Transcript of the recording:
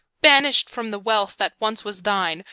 banished from the wealth that once was thine,